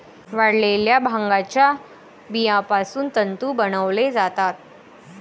वाळलेल्या भांगाच्या बियापासून तंतू बनवले जातात